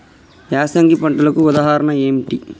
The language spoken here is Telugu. యాసంగి పంటలకు ఉదాహరణ ఏంటి?